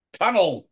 tunnel